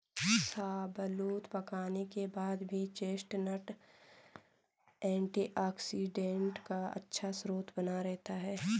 शाहबलूत पकाने के बाद भी चेस्टनट एंटीऑक्सीडेंट का अच्छा स्रोत बना रहता है